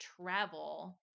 travel